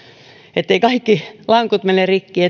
etteivät kaikki lankut mene rikki